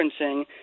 referencing